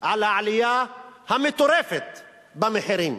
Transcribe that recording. על העלייה המטורפת במחירים.